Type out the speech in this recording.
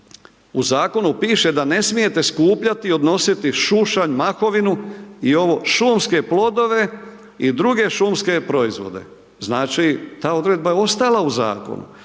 U zakonu piše da ne smijete skupljati, odnositi šušanj, mahovinu i ovo šumske plodove i druge šumske proizvode, znači, ta odredba je ostala u zakonu.